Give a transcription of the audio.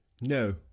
No